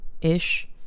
Ish